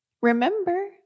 Remember